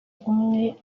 umwe